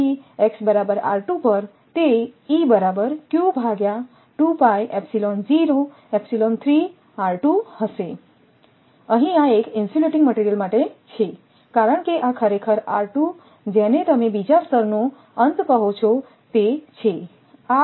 તેથી x બરાબર પર તે હશે અહીં આ એક ઇન્સ્યુલેટીંગ મટિરિયલ માટે છે કારણ કે આ ખરેખર જેને તમે બીજા સ્તર નો અંત કહો છો તે છે